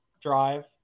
drive